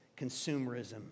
consumerism